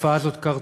התופעה הזאת קרתה,